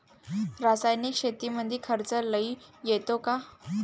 रासायनिक शेतीमंदी खर्च लई येतो का?